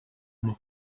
uma